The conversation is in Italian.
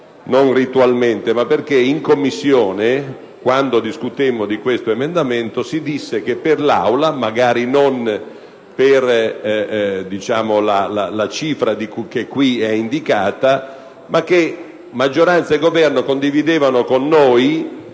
non ritualmente, ma perché in Commissione, quando ne discutemmo, si disse che per l'Aula, magari non per la cifra che qui è indicata, maggioranza e Governo condividevano con noi